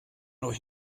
euch